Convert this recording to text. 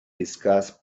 discuss